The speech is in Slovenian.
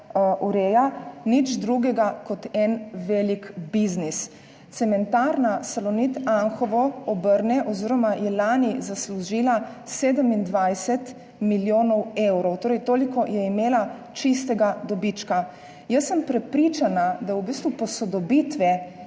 nič drugega kot en velik biznis. Cementarna Salonit Anhovo obrne oziroma je lani zaslužila 27 milijonov evrov, torej, toliko je imela čistega dobička. Jaz sem prepričana, da posodobitve,